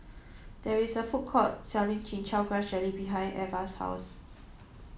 there is a food court selling chin chow grass jelly behind Eva's house